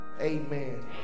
Amen